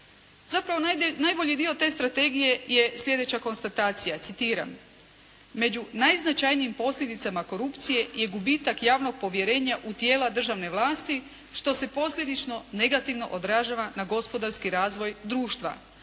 Zapravo najbolji dio te strategije je sljedeća konstatacija, citiram: «Među najznačajnijim posljedicama korupcije je gubitak javnog povjerenja u tijela državne vlasti što se posljedično negativno odražava na gospodarski razvoj društva.